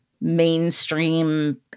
mainstream